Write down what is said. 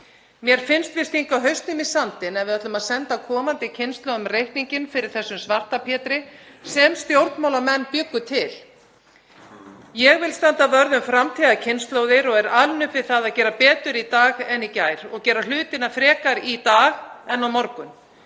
Mér finnst við stinga hausnum í sandinn ef við ætlum að senda komandi kynslóðum reikninginn fyrir þessum Svarta-Pétri sem stjórnmálamenn bjuggu til. Ég vil standa vörð um framtíðarkynslóðir og er alin upp við það að gera betur í dag en í gær og gera hlutina frekar í dag en á morgun.